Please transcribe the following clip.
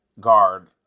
guard